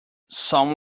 some